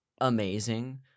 amazing